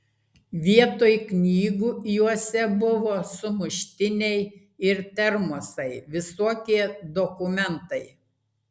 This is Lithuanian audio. vietoj knygų juose buvo sumuštiniai ir termosai visokie dokumentai